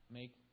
make